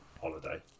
holiday